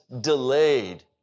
delayed